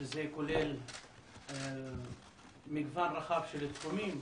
זה כולל מגוון רחב של תחומים,